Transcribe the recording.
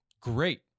Great